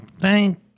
Thank